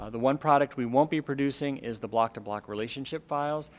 ah the one product we won't be producing is the block to block relationship file.